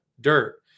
dirt